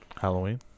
Halloween